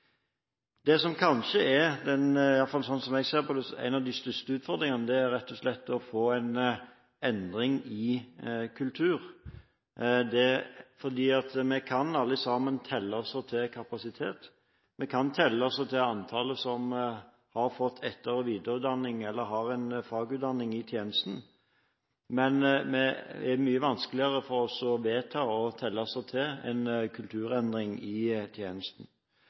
Det som kanskje – iallfall slik jeg ser på det – er en av de største utfordringene, er rett og slett å få en endring i kultur. Vi kan alle sammen telle oss fram til kapasitet, vi kan telle oss fram til antallet som har fått etter- og videreutdanning eller har en fagutdanning i tjenesten, men det er mye vanskeligere for oss å vedta å telle oss fram til en kulturendring i tjenesten.